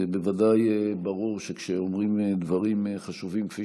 בוודאי שכשאומרים דברים חשובים כפי